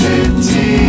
City